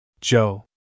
Joe